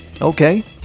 Okay